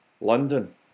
London